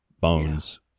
bones